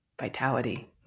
vitality